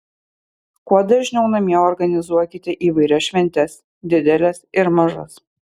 kuo dažniau namie organizuokite įvairias šventes dideles ir mažas